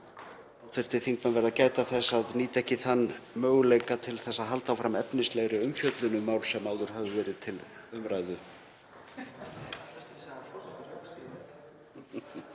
að hv. þingmenn verða að gæta þess að nýta ekki þann möguleika til að halda áfram efnislegri umfjöllun um mál sem áður hafa verið til umræðu.